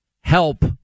help